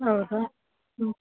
ಹೌದು ಹ್ಞೂ